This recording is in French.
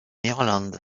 irlande